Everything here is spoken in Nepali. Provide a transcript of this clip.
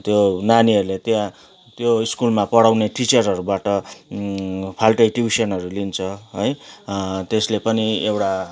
त्यो नानीहरूले त्यहाँ त्यो स्कुलमा पढाउने टिचरहरूबाट फाल्टै ट्युसनहरू लिन्छ है त्यसले पनि एउटा